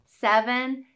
seven